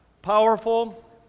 powerful